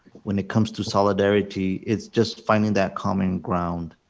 when it comes to solidarity, it's just finding that common ground.